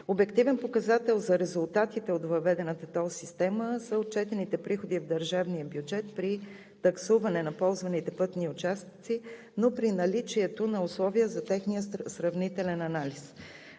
Обективен показател за резултатите от въведената тол система са отчетените приходи в държания бюджет при таксуване на ползваните пътни участъци, но при наличието на условия за техния сравнителен анализ.